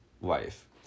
wife